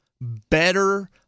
better